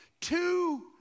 two